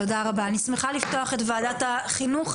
אני שמחה לפתוח את ועדת החינוך,